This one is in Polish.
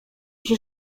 się